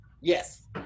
Yes